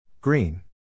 Green